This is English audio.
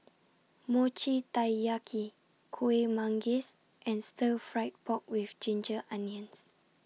Mochi Taiyaki Kuih Manggis and Stir Fried Pork with Ginger Onions